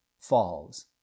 falls